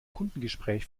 kundengespräch